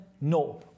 No